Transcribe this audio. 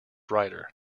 rider